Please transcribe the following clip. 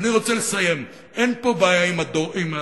ואני רוצה לסיים: אין פה בעיה עם הנציב,